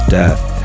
death